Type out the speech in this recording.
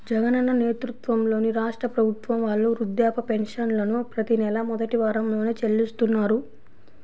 జగనన్న నేతృత్వంలోని రాష్ట్ర ప్రభుత్వం వాళ్ళు వృద్ధాప్య పెన్షన్లను ప్రతి నెలా మొదటి వారంలోనే చెల్లిస్తున్నారు